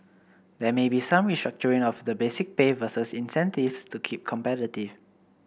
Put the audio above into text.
there may be some restructuring of the basic pay versus incentives to keep competitive